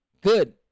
Good